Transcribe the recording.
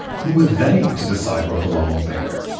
who were they to decide what belonged there?